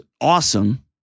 awesome